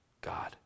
God